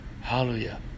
Hallelujah